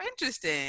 interesting